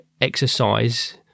exercise